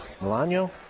Milano